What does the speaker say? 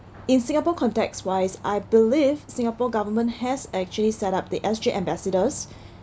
in singapore context wise I believe singapore government has actually set up the S_G ambassadors